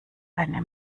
eine